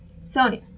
Sonia